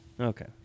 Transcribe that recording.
Okay